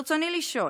ברצוני לשאול: